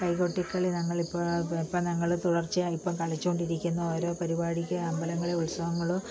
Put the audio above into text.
കൈകൊട്ടിക്കളി ഞങ്ങൾ ഇപ്പോൾ ഇപ്പോൾ ഞങ്ങള് തുടർച്ചയായി ഇപ്പം കളിച്ചുകൊണ്ടിരിക്കുന്നു ഓരോ പരിപാടിക്ക് അമ്പലങ്ങളിൽ ഉത്സവങ്ങളും